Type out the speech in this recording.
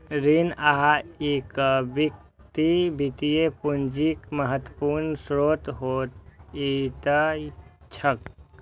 ऋण आ इक्विटी वित्तीय पूंजीक महत्वपूर्ण स्रोत होइत छैक